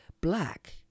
black